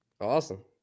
Awesome